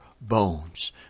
bones